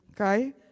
Okay